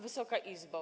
Wysoka Izbo!